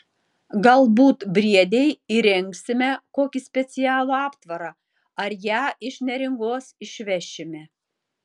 galbūt briedei įrengsime kokį specialų aptvarą ar ją iš neringos išvešime